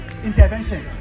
intervention